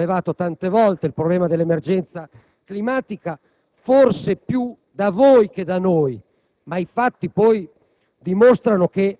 qui il collega Sodano) è stato sollevato tante volte, forse più da voi che da noi, ma i fatti poi dimostrano che